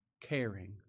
caring